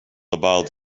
about